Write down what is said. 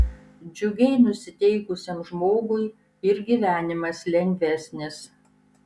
džiugiai nusiteikusiam žmogui ir gyvenimas lengvesnis